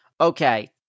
Okay